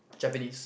Japanese